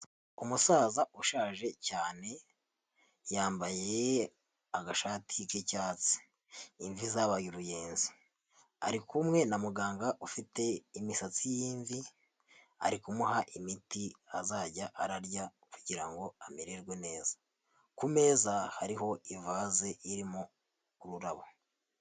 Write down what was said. Umusaza ushaje cyane, yambaye agashati k'icyatsi. Imvi zabaye uruyenzi. Ari kumwe na muganga ufite imisatsi y'imvi, ari kumuha imiti azajya ararya kugira ngo amererwe neza. Ku meza hariho ivaze irimo ururabo.